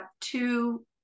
two